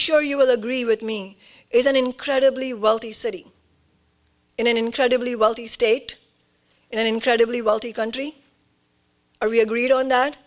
sure you will agree with me is an incredibly wealthy city in an incredibly wealthy state an incredibly wealthy country are we agreed on that